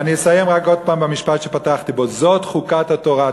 ואני אסיים רק עוד פעם במשפט שפתחתי בו: "זאת חקת התורה".